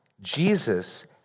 Jesus